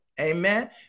Amen